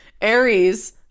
Aries